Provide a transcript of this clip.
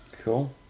Cool